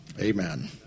Amen